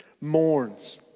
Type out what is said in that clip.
mourns